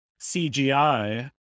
CGI